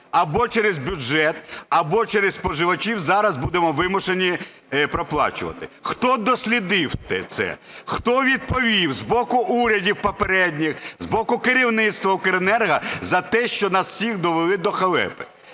або через бюджет, або через споживачів зараз будемо вимушені проплачувати? Хто дослідив це, хто відповів з боку урядів попередніх, з боку керівництва Укренерго за те, що нас усіх довели до халепи?